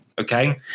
Okay